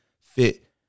fit